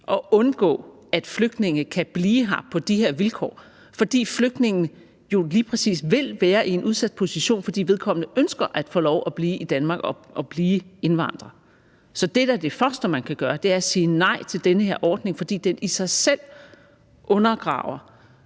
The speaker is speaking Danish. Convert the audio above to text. og undgå, at flygtninge kan blive her på de her vilkår, fordi flygtninge jo lige præcis vil være i en udsat position, fordi de ønsker at få lov at blive i Danmark og blive indvandrere. Så det er da det første, man kan gøre, altså at sige nej til den her ordning, fordi den i sig selv undergraver